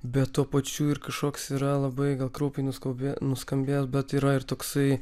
bet tuo pačiu ir kažkoks yra labai gal kraupiai nus nuskambės bet yra ir toksai